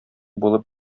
булып